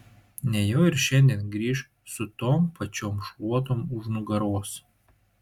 nejau ir šiandien grįš su tom pačiom šluotom už nugaros